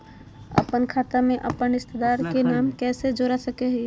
अपन खाता में अपन रिश्तेदार के नाम कैसे जोड़ा सकिए हई?